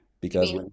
Because-